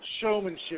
showmanship